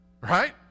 Right